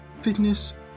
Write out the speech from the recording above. fitness